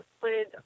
played